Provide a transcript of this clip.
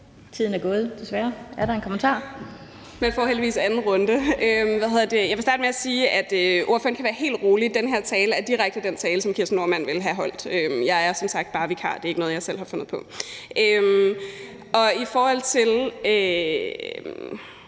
Kl. 11:47 Astrid Carøe (SF): Man får heldigvis en anden runde. Jeg vil starte med at sige, at ordføreren kan være helt rolig: Den her tale er direkte den tale, som Kirsten Normann Andersen ville have holdt. Jeg er som sagt bare vikar, og det er ikke noget, jeg selv har fundet på. Jeg forstår ikke,